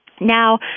Now